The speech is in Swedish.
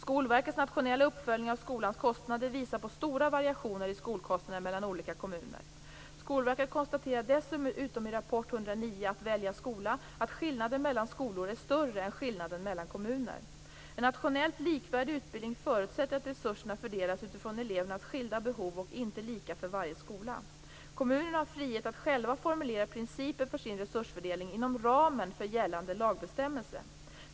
Skolverkets nationella uppföljning av skolans kostnader visar på stora variationer i skolkostnader mellan olika kommuner. Skolverket konstaterar dessutom i rapport nr 109 Att välja skola att skillnaden mellan skolor är större än skillnaden mellan kommuner. En nationellt likvärdig utbildning förutsätter att resurserna fördelas utifrån elevernas skilda behov och inte lika för varje skola. Kommunerna har frihet att själva formulera principer för sin resursfördelning inom ramen för gällande lagbestämmelse.